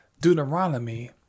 Deuteronomy